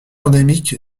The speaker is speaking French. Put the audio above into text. endémique